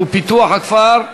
ופיתוח הכפר,